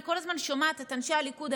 אני כל הזמן שומעת את אנשי הליכוד,